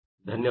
ಧನ್ಯವಾದ